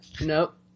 Nope